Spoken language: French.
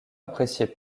appréciait